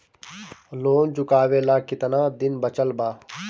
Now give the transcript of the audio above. Loan चुकावे ला कितना दिन बचल बा?